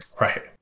Right